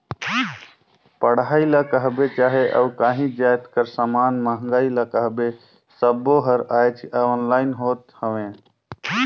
पढ़ई ल कहबे चहे अउ काहीं जाएत कर समान मंगई ल कहबे सब्बों हर आएज ऑनलाईन होत हवें